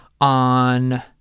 on